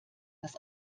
dass